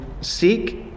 seek